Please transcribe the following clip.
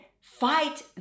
fight